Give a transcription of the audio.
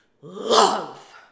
Love